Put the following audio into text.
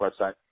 website